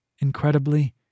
Incredibly